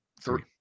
three